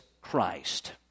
Christ